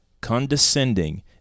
condescending